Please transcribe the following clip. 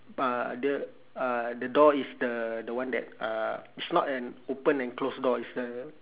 uh the uh the door is the the one that uh it's not an open and close door it's a